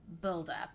build-up